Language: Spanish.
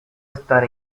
estar